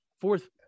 fourth